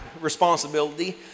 responsibility